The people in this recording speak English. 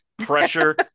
pressure